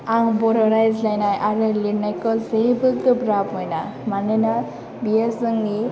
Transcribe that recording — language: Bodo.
आं बर' रायज्लायनाय आरो लिरनायखौ जेबो गोब्राब मोना मानोना बियो जोंनि